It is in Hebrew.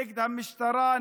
נגד המשטרה,